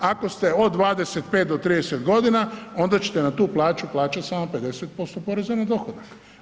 Ako ste od 25 do 30 godina onda ćete na tu plaću plaćati samo 50% poreza na dohodak.